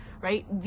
right